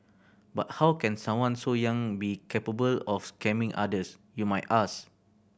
but how can someone so young be capable of scamming others you might ask